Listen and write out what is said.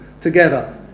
together